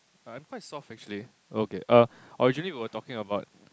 I'm quite soft actually okay err originally we were talking about